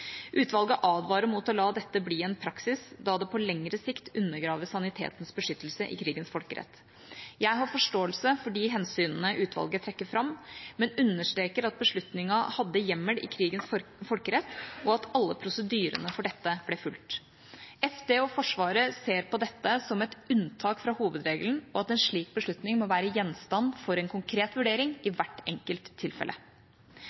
Utvalget advarer mot å la dette bli en praksis, da det på lengre sikt undergraver sanitetens beskyttelse i krigens folkerett. Jeg har forståelse for de hensynene utvalget trekker fram, men understreker at beslutningen hadde hjemmel i krigens folkerett, og at alle prosedyrene for dette ble fulgt. Forsvarsdepartementet og Forsvaret ser på dette som et unntak fra hovedregelen, og at en slik beslutning må være gjenstand for en konkret vurdering i hvert enkelt tilfelle.